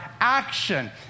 action